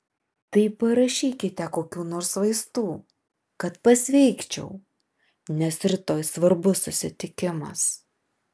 tai parašykite kokių nors vaistų kad pasveikčiau nes rytoj svarbus susitikimas